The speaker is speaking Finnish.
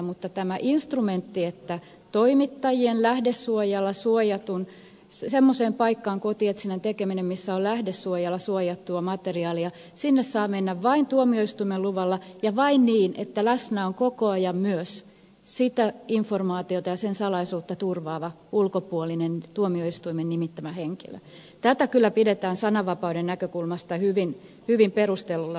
mutta tätä instrumenttia että semmoiseen paikkaan kotietsintää tekemään missä on lähdesuojalla suojattua materiaalia saa mennä vain tuomioistuimen luvalla ja vain niin että läsnä on koko ajan myös sitä informaatiota ja sen salaisuutta turvaava ulkopuolinen tuomioistuimen nimittämä henkilö kyllä pidetään sananvapauden näkökulmasta hyvin perusteltuna ratkaisuna